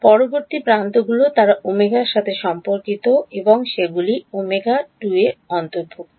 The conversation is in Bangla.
পরবর্তী প্রান্তগুলি Ω এর সাথে সম্পর্কিত এবং সেগুলিও Ω ′ এর অন্তর্ভুক্ত